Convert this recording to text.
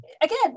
Again